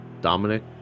Dominic